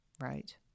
right